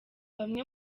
bamwe